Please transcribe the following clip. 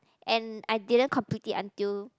and I didn't complete it until